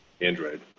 Android